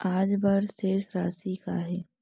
आज बर शेष राशि का हे?